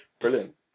Brilliant